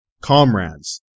comrades